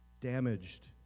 damaged